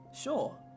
Sure